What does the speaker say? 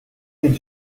did